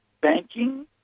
banking